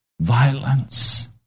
Violence